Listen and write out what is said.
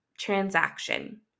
transaction